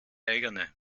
eigene